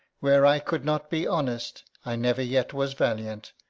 where i could not be honest, i never yet was valiant.